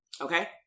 Okay